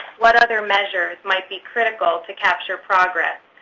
what other measures might be critical to capture progress?